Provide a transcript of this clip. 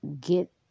get